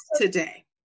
today